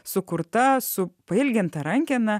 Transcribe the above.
sukurta su pailginta rankena